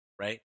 Right